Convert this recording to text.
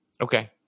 Okay